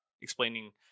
explaining